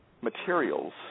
materials